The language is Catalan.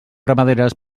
ramaderes